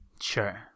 Sure